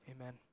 Amen